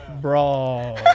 Bro